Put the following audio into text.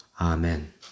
Amen